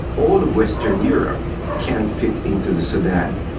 all of western europe can fit into the sudan.